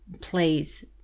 please